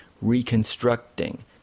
reconstructing